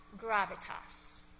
gravitas